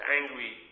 angry